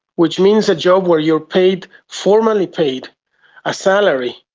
which means a job where you are paid, formerly paid a salary,